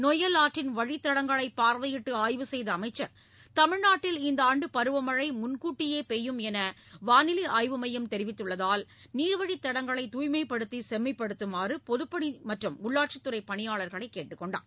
நொய்யல் ஆற்றின் வழித்தடங்களை பார்வையிட்டு ஆய்வு செய்த அமைச்சர் தமிழ்நாட்டில் இந்த ஆண்டு பருவமழை முன்கூட்டியே பெய்யுமென வானிலை ஆய்வு மையம் தெரிவித்துள்ளதால் நீர்வழித்தடங்களைத் தூய்மைப்படுத்தி செம்மைப்படுத்தமாறு பொதுப்பணி மற்றும் உள்ளாட்சித்துறை பணியாளர்களை கேட்டுக் கொண்டார்